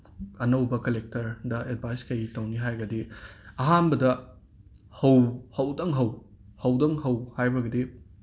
ꯑꯅꯧꯕ ꯀꯂꯦꯛꯇꯔꯗ ꯑꯦꯠꯕꯥꯏꯁ ꯀꯩ ꯇꯧꯅꯤ ꯍꯥꯏꯔꯒꯗꯤ ꯑꯍꯥꯝꯕꯗ ꯍꯧ ꯍꯧꯗꯪ ꯍꯧ ꯍꯧꯗꯪ ꯍꯧ ꯍꯥꯏꯕꯒꯤꯗꯤ